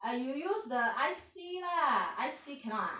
I you use the I_C lah I_C cannot ah